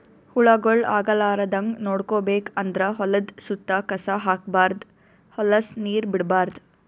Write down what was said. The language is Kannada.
ಹುಳಗೊಳ್ ಆಗಲಾರದಂಗ್ ನೋಡ್ಕೋಬೇಕ್ ಅಂದ್ರ ಹೊಲದ್ದ್ ಸುತ್ತ ಕಸ ಹಾಕ್ಬಾರ್ದ್ ಹೊಲಸ್ ನೀರ್ ಬಿಡ್ಬಾರ್ದ್